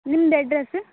ನಿಮ್ದು ಅಡ್ರೆಸ್